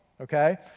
okay